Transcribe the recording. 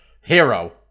hero